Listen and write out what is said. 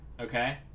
Okay